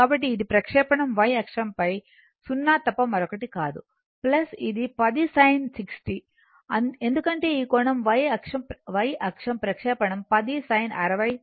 కాబట్టి ఇది ప్రక్షేపణం y అక్షం పై 0 తప్ప మరొకటి కాదు ఇది 10 sin 60 ఎందుకంటే ఈ కోణం y అక్షం ప్రక్షేపణం 10 sin 60 అంటే 8